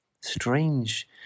Strange